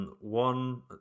one